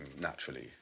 naturally